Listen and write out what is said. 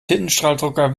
tintenstrahldrucker